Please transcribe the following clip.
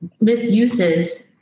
misuses